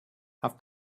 have